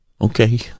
Okay